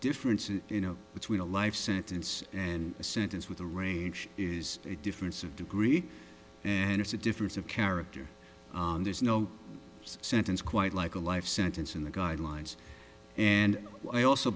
differences between a life sentence and a sentence with a range is a difference of degree and it's a difference of character and there's no sentence quite like a life sentence in the guidelines and i also